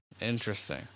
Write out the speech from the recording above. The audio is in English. Interesting